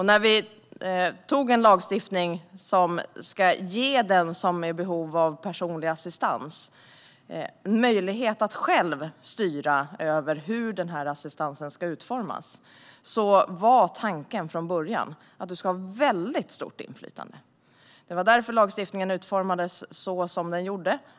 När vi antog en lagstiftning som ska ge den som är i behov av personlig assistans möjlighet att själv styra över hur assistansen ska utformas var tanken från början att du ska ha väldigt stort inflytande. Det var därför lagstiftningen utformades så som den gjorde.